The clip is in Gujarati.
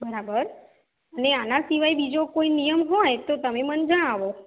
બરાબર ને આના સિવાય બીજો કોઈ નિયમ હોય તો તમે મને જણાવો